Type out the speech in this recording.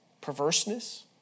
perverseness